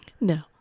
no